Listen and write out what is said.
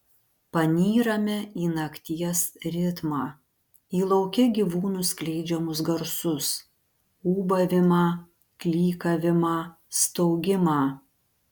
panyrame į nakties ritmą į lauke gyvūnų skleidžiamus garsus ūbavimą klykavimą staugimą